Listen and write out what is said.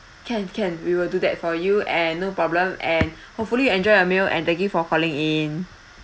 can can we will do that for you and no problem and hopefully you enjoy your meal and thank you for calling in